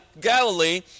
Galilee